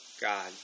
God